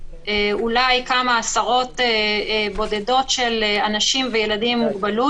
אולי כמה עשרות בודדות של אנשים וילדים עם מוגבלות,